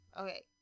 Okay